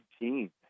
team